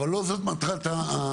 אבל לא זאת מטרת החקיקה.